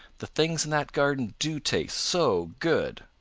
the things in that garden do taste so good.